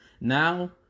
Now